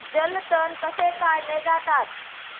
जलतण कसे काढले जातात?